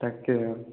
তাকে